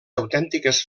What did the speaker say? autèntiques